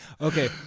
Okay